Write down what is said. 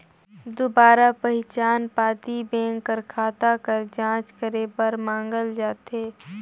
दुबारा पहिचान पाती बेंक कर खाता कर जांच करे बर मांगल जाथे